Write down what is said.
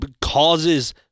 causes